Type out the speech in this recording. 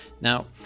Now